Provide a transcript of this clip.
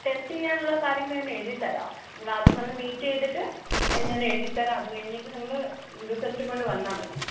test ചെയ്യാനുള്ള കാര്യങ്ങള് ഞാൻ എഴുതി തരാം നിങ്ങളാദ്യം വന്ന് മീറ്റ് ചെയ്തിട്ട് ഞാന് എഴുതി തരാം അതുകഴിഞ്ഞിട്ട് നിങ്ങള് റിസൾട്ടും കൊണ്ട് വന്നാൽ മതി